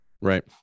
Right